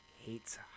Hates